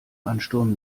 ansturm